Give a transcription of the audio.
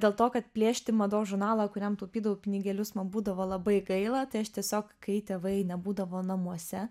dėl to kad plėšti mados žurnalą kuriam taupydavau pinigėlius man būdavo labai gaila tai aš tiesiog kai tėvai nebūdavo namuose